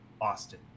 Austin